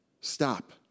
stop